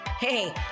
Hey